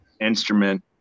instrument